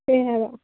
ꯀꯩ ꯍꯥꯏꯕ